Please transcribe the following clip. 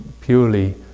purely